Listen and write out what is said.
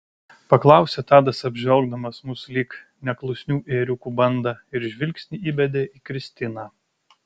paklausė tadas apžvelgdamas mus lyg neklusnių ėriukų bandą ir žvilgsnį įbedė į kristiną